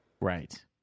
right